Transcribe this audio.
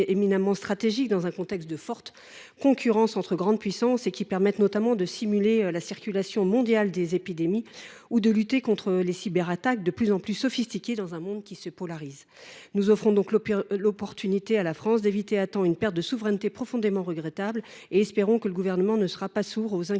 éminemment stratégiques dans un contexte de forte concurrence entre grandes puissances et qui permettent, notamment, de simuler la circulation mondiale des épidémies ou de lutter contre les cyberattaques de plus en plus sophistiquées dans un monde qui se polarise. Nous offrons donc l’opportunité à la France d’éviter, à temps, une perte de souveraineté profondément regrettable et espérons que le Gouvernement ne sera pas sourd aux inquiétudes